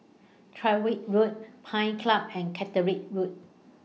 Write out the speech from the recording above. Tyrwhitt Road Pines Club and Catterick Road